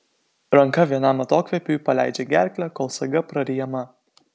ranka vienam atokvėpiui paleidžia gerklę kol saga praryjama